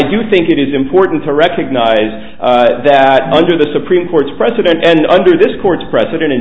do think it is important to recognize that under the supreme court's precedent and under this court's precedent in